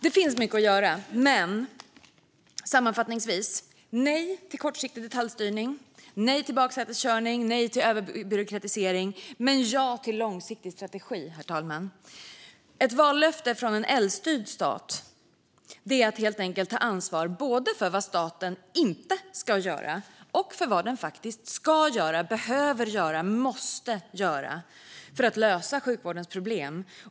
Det finns mycket att göra, men sammanfattningsvis säger vi nej till kortsiktig detaljstyrning, baksäteskörning och överbyråkratisering. Vi säger ja till en långsiktig strategi, herr talman. Ett vallöfte från en L-styrd stat är att ta ansvar både för vad staten inte ska göra och för vad den faktiskt ska, behöver och måste göra för att lösa sjukvårdens problem.